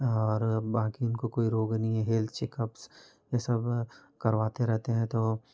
और बाकी इनको कोई रोग नहीं है हेल्थ चेकअप्स ये सब करवाते रहते हैं तो